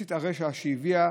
תמצית הרשע שהביאה